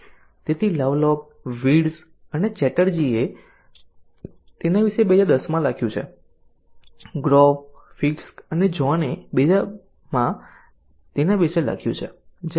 તેથી Lovelock Wirtz અને ચેટર્જીએ તેના વિશે 2010 માં લખ્યું છે ગ્રોવ ફિસ્ક અને જ્હોને 2000 માં તેના વિશે લખ્યું છે